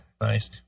Nice